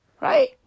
right